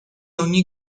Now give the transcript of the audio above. ogni